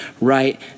right